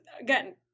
again